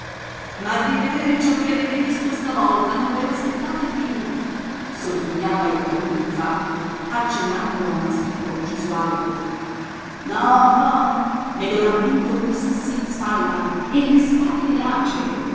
ma di veder ciò che avete visto stavolta non ve l'aspettate più sogghignava il barone zacco accennando a mastro don gesualdo no no me lo rammento coi sassi in spalla e le spalle lacere